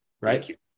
Right